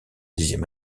dixième